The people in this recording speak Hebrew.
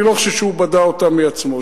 אני לא חושב שהוא בדה אותם מעצמו.